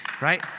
right